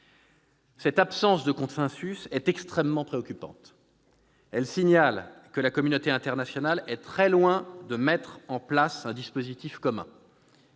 Cette absence de consensus est extrêmement préoccupante. Elle signale que la communauté internationale est très loin de mettre en place un dispositif commun.